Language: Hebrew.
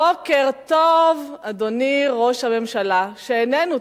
בוקר טוב, אדוני ראש הממשלה, שאיננו.